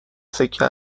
سکه